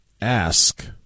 ask